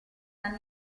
san